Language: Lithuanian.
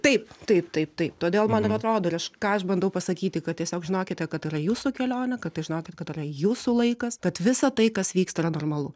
taip taip taip taip todėl man taip atrodo ir aš ką aš bandau pasakyti kad tiesiog žinokite kad yra jūsų kelionė kad tai žinokit kad yra jūsų laikas tad visa tai kas vyksta yra normalu